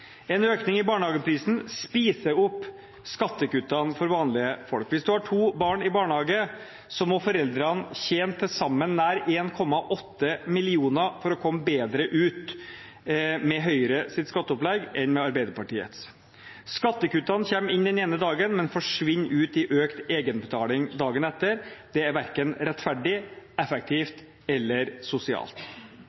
En økning i barnehageprisen spiser opp skattekuttene for vanlige folk. Hvis man har to barn i barnehage, må foreldrene tjene til sammen nær 1,8 mill. kr for å komme bedre ut med Høyres skatteopplegg enn med Arbeiderpartiets. Skattekuttene kommer inn den ene dagen, men forsvinner ut i økt egenbetaling dagen etter. Det er verken rettferdig,